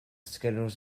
schedules